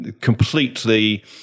completely